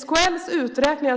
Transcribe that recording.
SKL beräknar